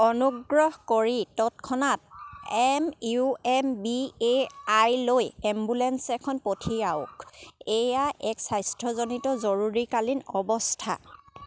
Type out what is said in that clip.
অনুগ্ৰহ কৰি তৎক্ষণাত M U M B A আইলৈ এম্বুলেন্স এখন পঠিয়াওক এয়া এক স্বাস্থ্যজনিত জৰুৰীকালীন অৱস্থা